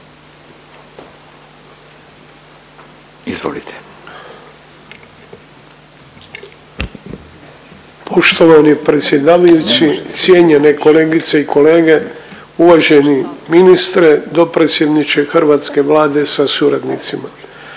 (HDZ)** Poštovani predsjedavajući, cijenjene kolegice i kolege, uvaženi ministre, dopredsjedniče hrvatske Vlade sa suradnicima.